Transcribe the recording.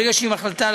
ברגע שהיא מחליטה,